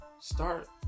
start